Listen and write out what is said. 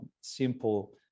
simple